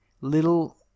little